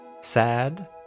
sad